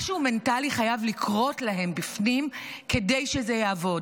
משהו מנטלי חייב לקרות להם בפנים כדי שזה יעבוד,